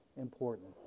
important